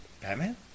Batman